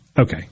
okay